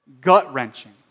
Gut-wrenching